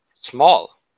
small